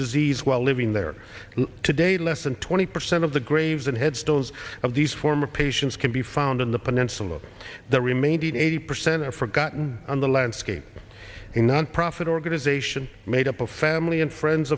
disease while living there today less than twenty percent of the graves and headstones of these former patients can be found in the peninsula that remain hundred eighty percent of forgotten on the landscape a nonprofit organization made up of family and friends